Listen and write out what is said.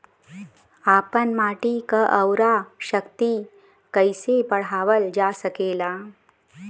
आपन माटी क उर्वरा शक्ति कइसे बढ़ावल जा सकेला?